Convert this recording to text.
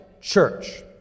church